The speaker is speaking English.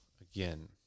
again